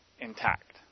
intact